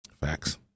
Facts